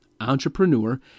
entrepreneur